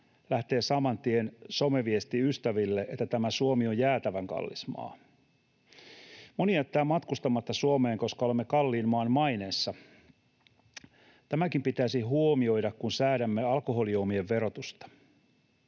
lähtee saman tien someviesti ystäville, että tämä Suomi on jäätävän kallis maa. Moni jättää matkustamatta Suomeen, koska olemme kalliin maan maineessa. Tämäkin pitäisi huomioida, kun säädämme alkoholijuomien verotusta.